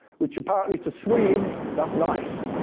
which apparently to swedes, that's nice.